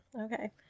Okay